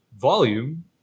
volume